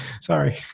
sorry